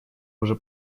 уже